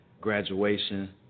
graduation